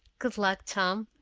good luck, tom.